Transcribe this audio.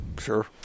Sure